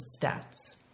stats